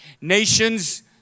nations